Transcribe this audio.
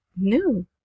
new